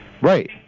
Right